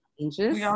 changes